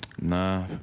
Nah